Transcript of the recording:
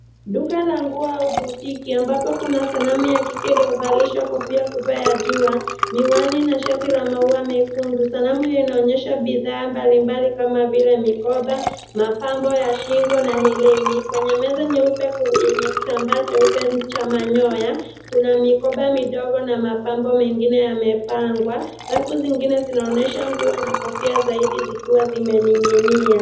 Duka la nguo au botique , ambapo kuna sanamu ya kike iliyovalishwa kofia kubwa ya jua, miwani na shati la maua mekundu. Sanamu hiyo inaonyesha bidhaa mbalimbali kama vile mikoba ,mapambo ya shingo na herini. Kwenye meza nyeupe yenye kitambaa cheupe cha manyoya, kuna mikoba midogo na mapambo mengine yamepangwa. Rafu zingine zinaonesha nguo na kofia zaidi zikiwa zimening'inia.